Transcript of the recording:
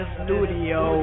studio